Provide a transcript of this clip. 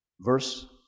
Verse